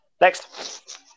Next